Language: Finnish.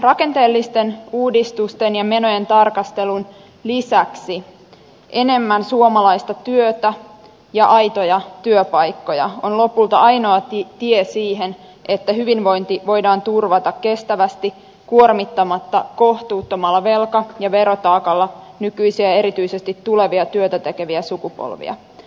rakenteellisten uudistusten ja menojen tarkastelun lisäksi enemmän suomalaista työtä ja aitoja työpaikkoja on lopulta ainoa tie siihen että hyvinvointi voidaan turvata kestävästi kuormittamatta kohtuuttomalla velka ja verotaakalla nykyisiä ja erityisesti tulevia työtätekeviä sukupolvia